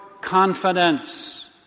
confidence